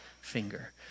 finger